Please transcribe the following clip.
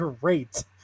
great